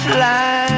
Fly